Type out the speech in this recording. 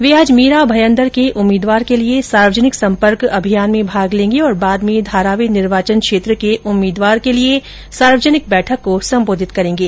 वे आज मीरा भयन्दर के उम्मीदवार के लिए सार्वजनिक सम्पर्क अभियान में भाग लेंगे और बाद में धारावी निर्वाचन क्षेत्र के उम्मीदवार के लिए सार्वजनिक बैठक को सम्बोधित करेंगे